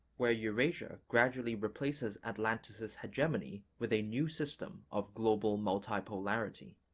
where eurasia gradually replaces atlanticist hegemony with a new system of global multipolarity.